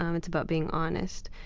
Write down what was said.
um it's about being honest.